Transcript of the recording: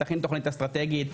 תכין תוכנית אסטרטגית,